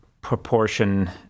proportion